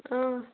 آ